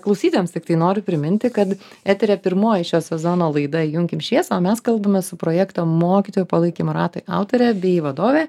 klausytojams tiktai noriu priminti kad eteryje pirmoji šio sezono laida įjunkim šviesą o mes kalbamės su projekto mokytojų palaikymo ratai autore bei vadove